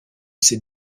ces